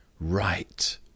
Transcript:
Right